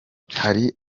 hari